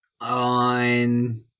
On